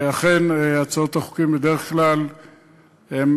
אכן, הצעות החוק בדרך כלל הן,